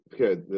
Okay